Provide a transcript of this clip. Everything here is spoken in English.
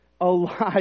alive